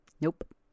Nope